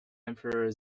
emperor